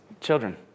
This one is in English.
children